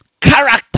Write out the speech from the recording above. Character